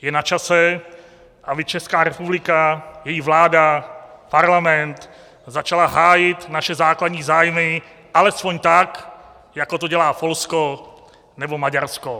Je na čase, aby Česká republika, její vláda, Parlament začaly hájit naše základní zájmy alespoň tak, jako to dělá Polsko nebo Maďarsko.